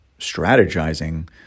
strategizing